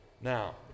now